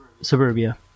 Suburbia